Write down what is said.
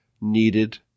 needed